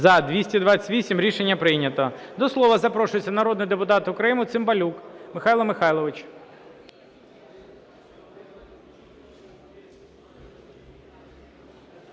За-228 Рішення прийнято. До слова запрошується народний депутат України Цимбалюк Михайло Михайлович.